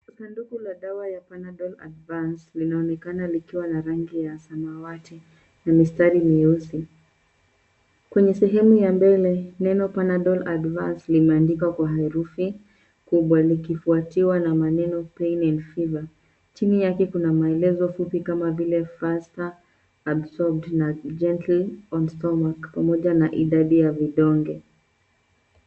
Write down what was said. Sanduku la dawa ya panadol advanced linaonekana likiwa na rangi ya samawati na mistari mieusi. Kwenye sehemu ya mbele neno pandol advanced limeandikwa kwa herufi kubwa likifuatiwa na maneno pain and fever. Chini yake kuna maelezo fupi kama vile faster absorbed na gentle on stomach pamoja na idadi ya vidonge.